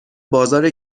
بازار